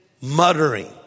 muttering